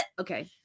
Okay